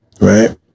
right